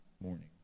morning